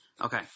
Okay